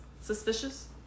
suspicious